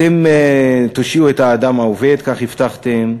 אתם תושיעו את האדם העובד, כך הבטחתכם,